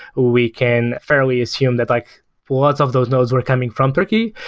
we can fairly assume that like lots of those nodes were coming from turkey,